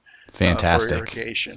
Fantastic